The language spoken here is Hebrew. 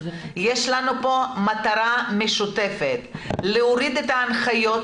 יש לנו פה מטרה משותפת להוריד את ההנחיות